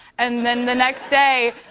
and then the next day,